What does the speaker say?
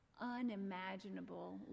unimaginable